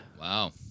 Wow